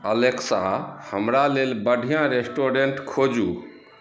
Alexa हमरा लेल बढ़िआँ रेस्टोरेंट खोजु